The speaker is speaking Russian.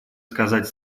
сказать